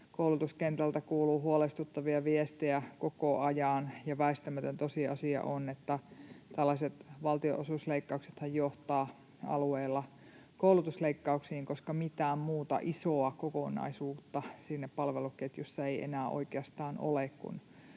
koulutuskentältä kuuluu huolestuttavia viestejä koko ajan. Väistämätön tosiasia on, että tällaiset valtionosuusleikkauksethan johtavat alueilla koulutusleikkauksiin, koska mitään muuta isoa kokonaisuutta siinä palveluketjussa ei enää oikeastaan ole,